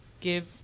give